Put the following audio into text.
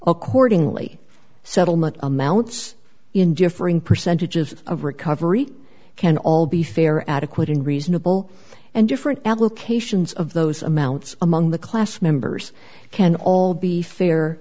accordingly settlement amounts in differing percentages of recovery can all be fair adequate and reasonable and different applications of those amounts among the class members can all be fair